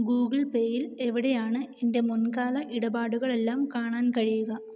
Google പേയിൽ എവിടെയാണ് എൻ്റെ മുൻകാല ഇടപാടുകളെല്ലാം കാണാൻ കഴിയുക